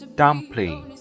dumpling